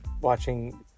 watching